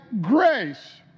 grace